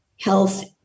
health